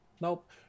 Nope